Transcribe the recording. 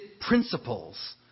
principles